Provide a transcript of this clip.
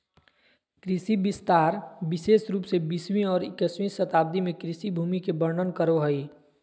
कृषि विस्तार विशेष रूप से बीसवीं और इक्कीसवीं शताब्दी में कृषि भूमि के वर्णन करो हइ